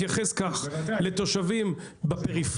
אני מתייחס כך: לתושבים בפריפריה,